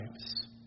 lives